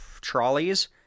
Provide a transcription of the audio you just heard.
trolleys